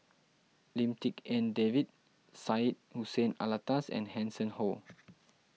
Lim Tik En David Syed Hussein Alatas and Hanson Ho